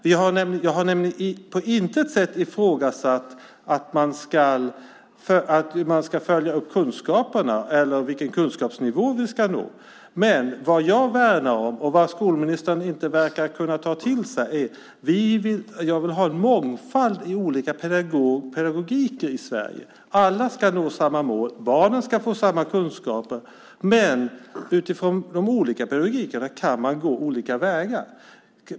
Jag har på intet sätt ifrågasatt att man ska följa upp kunskaperna, eller vilken kunskapsnivå vi ska nå. Vad jag värnar om är något som skolministern inte verkar kunna ta till sig. Jag vill ha en mångfald i olika pedagogiker i Sverige. Alla ska nå samma mål. Barnen ska få samma kunskaper. Men utifrån de olika pedagogikerna kan man gå olika vägar.